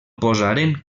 posaren